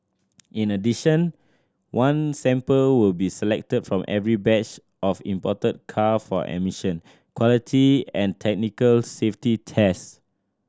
in addition one sample will be selected from every batch of imported car for emission quality and technical safety tests